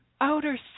outer